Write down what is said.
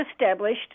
established